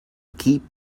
keep